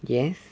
yes